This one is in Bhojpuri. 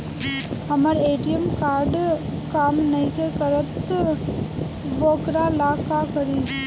हमर ए.टी.एम कार्ड काम नईखे करत वोकरा ला का करी?